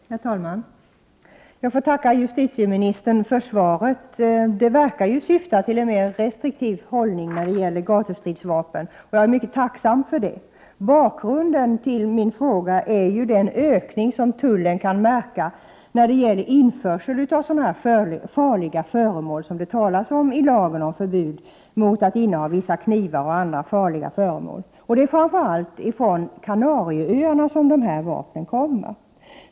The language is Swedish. Herr talman! Jag tackar justitieministern för svaret. Det verkar syfta till en mer restriktiv hållning när det gäller gatustridsvapen. Och jag är mycket tacksam för det. Bakgrunden till min fråga är den ökning som tullen kan märka när det gäller införsel av sådana farliga föremål som det talas om i lagen om förbud mot innehav av vissa knivar, m.m. Det är framför allt från Kanarieöarna som dessa vapen kommer.